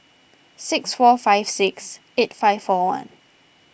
six four five six eight five four one